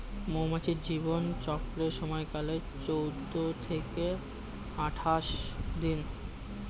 মৌমাছির জীবন চক্রের সময়কাল চৌদ্দ থেকে আঠাশ দিন